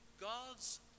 God's